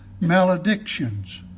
maledictions